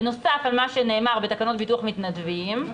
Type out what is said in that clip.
בנוסף על מה שנאמר בתקנות ביטוח מתנדבים,